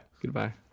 Goodbye